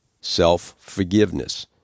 self-forgiveness